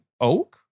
Oak